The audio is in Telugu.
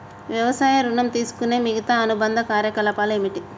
వ్యవసాయ ఋణం తీసుకునే మిగితా అనుబంధ కార్యకలాపాలు ఏమిటి?